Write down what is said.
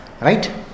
right